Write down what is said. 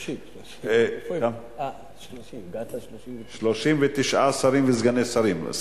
30. 39 שרים וסגני שרים.